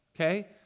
Okay